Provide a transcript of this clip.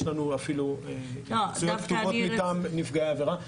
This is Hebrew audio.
יש לנו אפילו התייחסויות כתובות מטעם נפגעי עבירה.